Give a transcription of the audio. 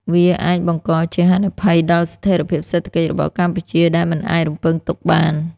វាអាចបង្កជាហានិភ័យដល់ស្ថិរភាពសេដ្ឋកិច្ចរបស់កម្ពុជាដែលមិនអាចរំពឹងទុកបាន។